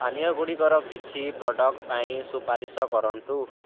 ପାନୀୟଗୁଡ଼ିକର କିଛି ପ୍ରଡ଼କ୍ଟ ପାଇଁ ସୁପାରିଶ କରନ୍ତୁ